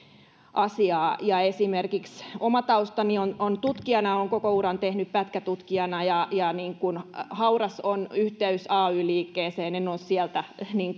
asiaa esimerkiksi oma taustani on on tutkijana ja olen koko urani tehnyt pätkätutkijana ja ja hauras on yhteys ay liikkeeseen en ole sieltä